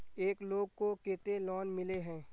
एक लोग को केते लोन मिले है?